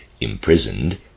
imprisoned